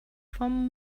vom